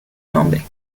nombre